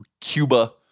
Cuba